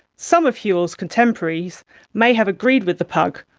some of whewell's contemporaries may have agreed with the pug,